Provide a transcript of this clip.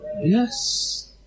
Yes